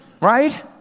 Right